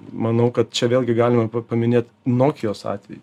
manau kad čia vėlgi galima paminėt nokijos atvejį